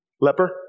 Leper